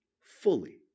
fully